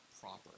proper